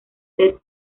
ted